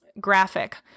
graphic